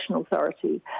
Authority